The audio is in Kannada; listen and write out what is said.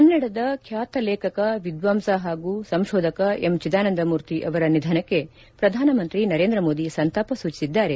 ಕನ್ನಡದ ಖ್ಯಾತ ಲೇಖಕ ವಿದ್ವಾಂಸ ಹಾಗೂ ಸಂಶೋಧಕ ಎಂ ಚಿದಾನಂದ ಮೂರ್ತಿ ಅವರ ನಿಧನಕ್ಕೆ ಪ್ರಧಾನಮಂತ್ರಿ ನರೇಂದ್ರಮೋದಿ ಸಂತಾಪ ಸೂಚಿಸಿದ್ದಾರೆ